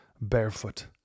barefoot